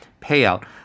payout